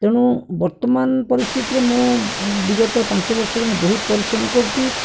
ତେଣୁ ବର୍ତ୍ତମାନ ପରିସ୍ଥିତିରେ ମୁଁ ବିଗତ ପାଞ୍ଚ ବର୍ଷ ହେଲାଣି ବହୁତ ପରିଶ୍ରମ କରୁଛି